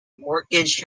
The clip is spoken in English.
mortgage